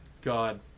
God